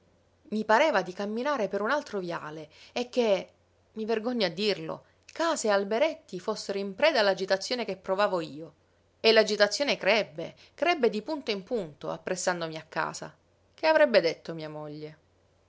i pareva di camminare per un altro viale e che mi vergogno a dirlo case e alberetti fossero in preda all'agitazione che provavo io e l'agitazione crebbe crebbe di punto in punto appressandomi a casa che avrebbe detto mia moglie